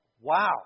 Wow